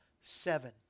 seven